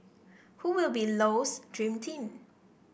who will be Low's dream team